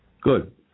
Good